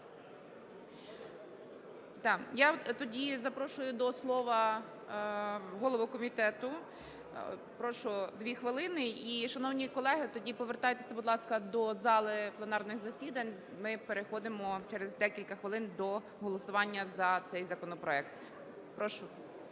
Я тоді запрошую до слова голову комітету. Прошу, 2 хвилини. І, шановні колеги, тоді повертайтеся, будь ласка, до зали пленарних засідань, ми переходимо через декілька хвилин до голосування за цей законопроект. Прошу.